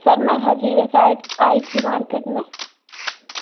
sir मैं highway side आई थी मार्केट में